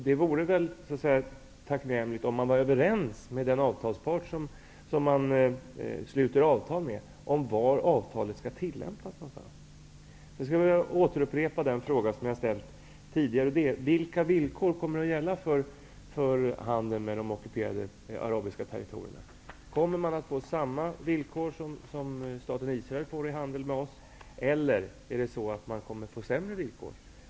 Det vore väl tacknämligt om man var överens med den avtalspart som man sluter avtal med om var avtalet skall tillämpas. Jag vill upprepa en fråga som jag ställt tidigare: Vilka villkor kommer att gälla för handeln med de ockuperade arabiska territorierna? Kommer man att få samma villkor som staten Israel får i handeln med oss, eller kommer man att få sämre villkor?